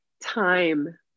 time